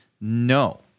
no